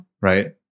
Right